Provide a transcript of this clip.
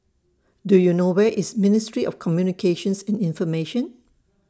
Do YOU know Where IS Ministry of Communications and Information